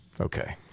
Okay